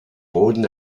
boden